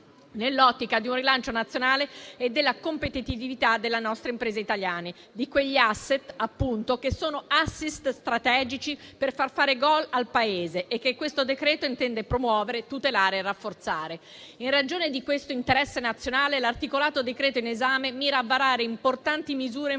nell'ottica di un rilancio nazionale e della competitività delle nostre imprese italiane, di quegli *asset*, appunto, che sono strategici per far fare gol al Paese e che questo decreto intende promuovere, tutelare e rafforzare. In ragione di questo interesse nazionale, l'articolato decreto-legge in esame mira a varare importanti misure in favore